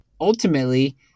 ultimately